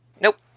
nope